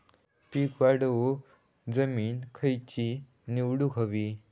पीक वाढवूक जमीन खैची निवडुक हवी?